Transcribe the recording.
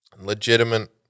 legitimate